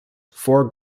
four